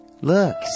Look